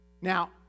Now